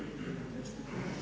Hvala.